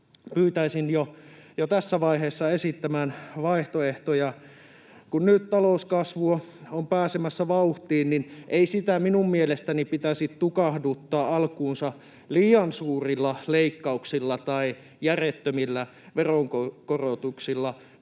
pyytäisin jo tässä vaiheessa esittämään vaihtoehtoja. Kun nyt talouskasvu on pääsemässä vauhtiin, niin ei sitä minun mielestäni pitäisi tukahduttaa alkuunsa liian suurilla leikkauksilla tai järjettömillä veronkorotuksilla,